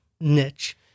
niche